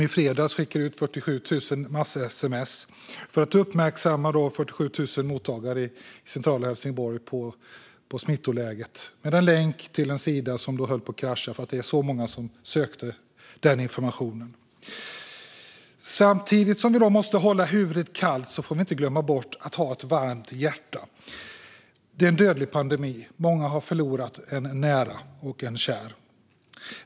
I fredags skickade man ut 47 000 sms i ett massutskick för att uppmärksamma 47 000 mottagare i centrala Helsingborg på smittläget. Det innehöll en länk till en sida som höll på att krascha, eftersom många samtidigt sökte den här informationen. Samtidigt som vi måste hålla huvudet kallt får vi inte glömma bort att ha ett varmt hjärta. Det är en dödlig pandemi. Många har förlorat nära och kära.